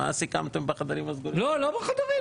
מה שסיכמתם בחדרים סגורים -- לא בחדרים,